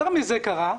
יותר מזה קרה,